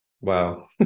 wow